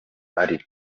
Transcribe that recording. ari